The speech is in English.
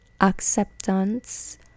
acceptance